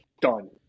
done